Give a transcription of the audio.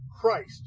Christ